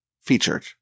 featured